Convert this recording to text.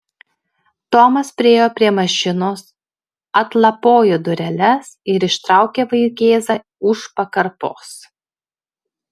tomas priėjo prie mašinos atlapojo dureles ir ištraukė vaikėzą už pakarpos